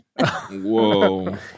Whoa